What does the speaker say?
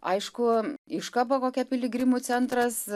aišku iškaba kokia piligrimų centras